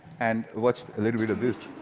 and watch a little bit of this.